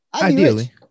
ideally